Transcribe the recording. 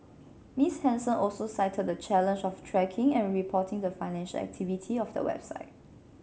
Miss Henson also cited the challenge of tracking and reporting the financial activity of the website